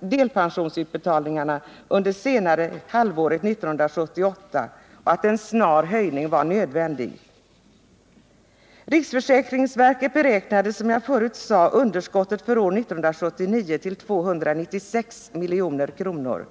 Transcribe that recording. delpensionsutbetalningarna under senare halvåret 1978 och att en snar höjning var nödvändig. Riksförsäkringsverket beräknade, som jag sade förut, underskottet för år 1979 till 296 milj.kr.